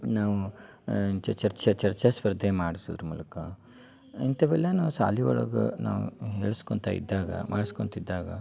ನಾವು ಚರ್ಚ ಚರ್ಚಾ ಸ್ಪರ್ಧೆ ಮಾಡ್ಸೋದ್ರ ಮೂಲಕ ಇಂಥವೆಲ್ಲ ನಾವು ಶಾಲಿ ಒಳ್ಗೆ ನಾವು ಹೇಳ್ಸ್ಕೊತಾ ಇದ್ದಾಗ ಮಾಡ್ಸ್ಕೊತಿದ್ದಾಗ